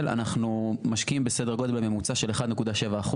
אנחנו משקיעים בסדר גודל בממוצע של 1.7%,